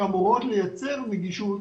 שאמורות לייצר נגישות